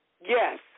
Yes